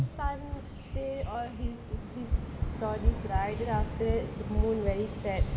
sun say all these these stories right then after that moon very sad